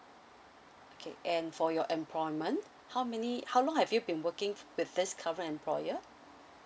okay and for your employment how many how long have you been working with this current employer